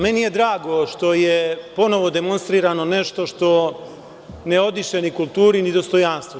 Meni je drago što je ponovo demonstrirano nešto što ne odiše ni kulturom ni dostojanstvom.